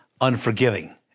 unforgiving